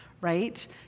right